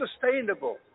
sustainable